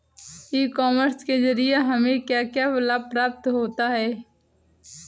ई commerce के ज़रिए हमें क्या क्या लाभ प्राप्त होता है?